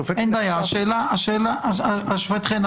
השופט חן,